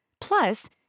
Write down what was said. Plus